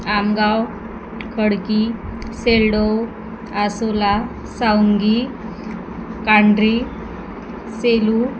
Amgaon Khadki Seldo Asola Sawangi Kandhari Selu